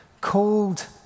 called